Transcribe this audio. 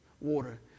water